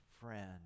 friend